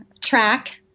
track